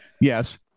Yes